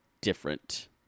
different